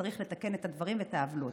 צריך לתקן את הדברים ואת העוולות,